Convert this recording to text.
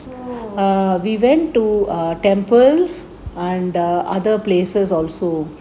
oh